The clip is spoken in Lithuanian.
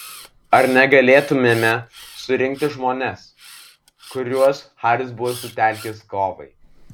ar negalėtumėme surinkti žmones kuriuos haris buvo sutelkęs kovai